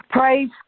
Praise